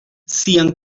sian